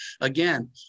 again